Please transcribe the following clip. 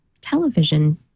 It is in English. television